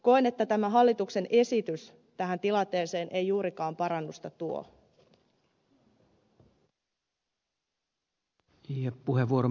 koen että tämä hallituksen esitys tähän tilanteeseen ei juurikaan parannusta tuo